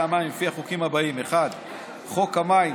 המים לפי החוקים הבאים: 1. חוק המים,